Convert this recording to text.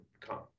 come